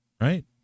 right